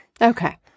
Okay